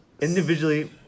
Individually